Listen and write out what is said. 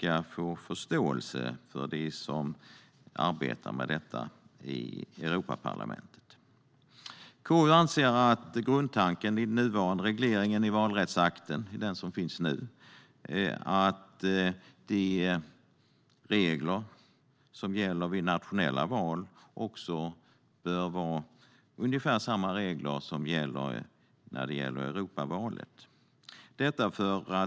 Vi hoppas att de som arbetar med dessa frågor i Europaparlamentet kommer att förstå yttrandet. KU anser att grundtanken i den nuvarande valrättsakten om reglerna vid nationella val också ska gälla för Europavalet.